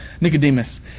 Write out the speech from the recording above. Nicodemus